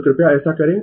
तो कृपया ऐसा करें